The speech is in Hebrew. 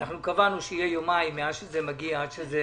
קבענו שיהיו יומיים מאז שזה מגיע עד שזה